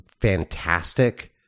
fantastic